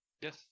yes